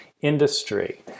industry